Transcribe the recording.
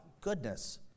Goodness